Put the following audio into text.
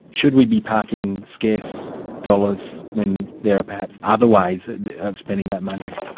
should we be parking scarce dollars when there are perhaps other ways of spending that money?